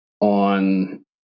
on